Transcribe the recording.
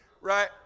right